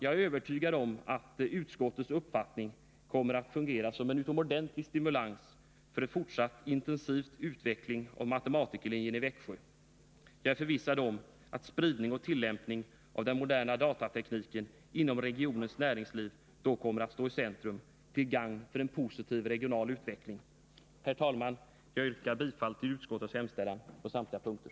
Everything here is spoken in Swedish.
Jag är övertygad om att utskottets uppfattning kommer att fungera som en utomordentlig stimulans för en fortsatt intensiv utveckling av matematikerlinjen i Växjö. Jag är förvissad om att spridning och tillämpning av den moderna datatekniken inom regionens näringsliv då kommer att stå i centrum, till gagn för en positiv regional utveckling. Herr talman! Jag yrkar bifall till utskottets hemställan på samtliga punkter.